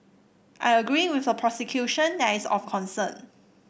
I agree with the prosecution that is of concern